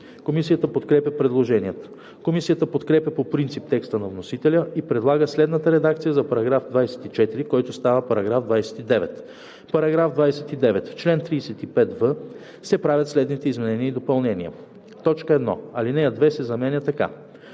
Комисията подкрепя предложението. Комисията подкрепя по принцип текста на вносителя и предлага следната редакция за § 24, който става § 29: „§ 29. В чл. 35в се правят следните изменения и допълнения: 1. Алинея 2 се изменя така: